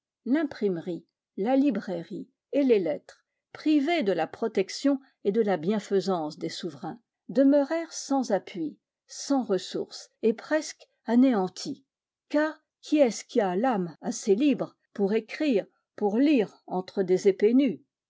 l'imprimerie la librairie et les lettres privées de la protection et de la bienfaisance des souverains demeurèrent sans appui sans ressources et presque anéanties car qui est-ce qui a l'âme assez libre pour écrire pour lire entre des épées nues